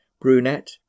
brunette